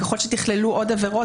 ככל שתכללו עוד עבירות,